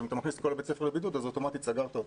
אם אתה מכניס את כל בית הספר לבידוד אז אוטומטית סגרת אותו.